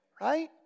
Right